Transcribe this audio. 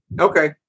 Okay